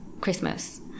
Christmas